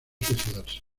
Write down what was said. suicidarse